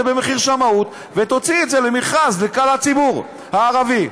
במחיר שמאות ותוציא את זה למכרז לכלל הציבור הערבי.